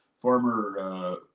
former